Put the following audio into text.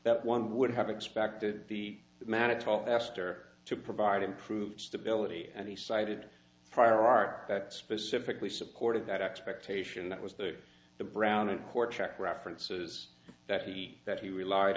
that one would have expected the manifold aster to provide improved stability and he cited prior art that specifically supported that expectation that was the brown and core check references that he that he relied